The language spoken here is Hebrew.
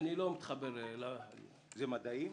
זה מדעי?